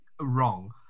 wrong